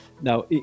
Now